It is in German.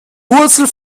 wurzel